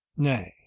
nay